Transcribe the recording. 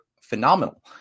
phenomenal